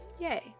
Yay